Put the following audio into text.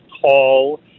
call